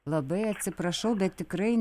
labai atsiprašau bet tikrai